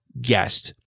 guest